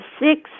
six